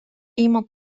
iemand